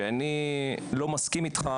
שאני לא מסכים איתך,